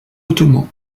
ottoman